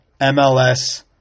MLS